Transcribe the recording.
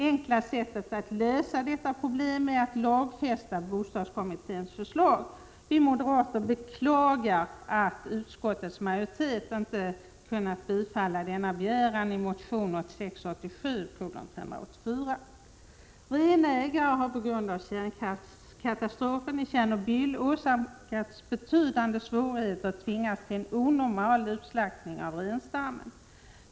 Enklaste sättet att lösa detta problem är att lagfästa bostadskommitténs förslag. Vi moderater beklagar att utskottets majoritet inte kunnat tillstyrka denna begäran i motion 1986/87:Sk384. Renägare har på grund av kärnkraftskatastrofen i Tjernobyl åsamkats betydande svårigheter och tvingats till en onormal utslaktning av renstammen.